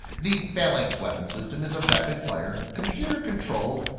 the phalanx weapon system is a rapid-fire, computer-controlled,